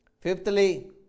Fifthly